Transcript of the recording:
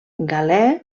galè